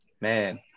man